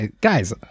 Guys